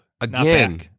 again